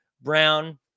Brown